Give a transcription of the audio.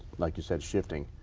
like you said shifting.